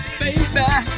baby